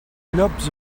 llops